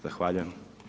Zahvaljujem.